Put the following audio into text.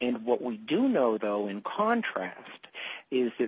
and what we do know though in contrast i